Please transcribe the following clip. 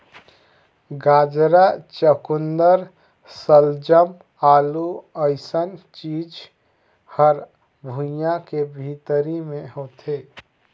गाजरा, चकुंदर सलजम, आलू अइसन चीज हर भुइंयां के भीतरी मे होथे